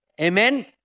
Amen